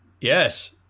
Yes